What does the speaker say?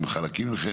הם חלקים ממכם,